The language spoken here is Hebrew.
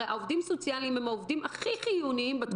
הרי העובדים הסוציאליים הם העובדים הכי חיוניים בתקופה הזאת.